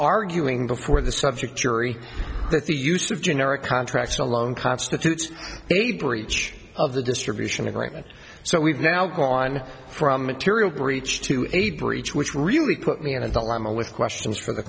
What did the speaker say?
arguing before the subject jury that the use of generic contracts alone constitutes a breach of the distribution agreement so we've now gone from a material breach to a breach which really put me in a dilemma with questions for the